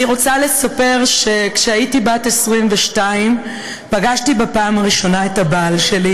אני רוצה לספר שכשהייתי בת 22 פגשתי בפעם הראשונה את הבעל שלי,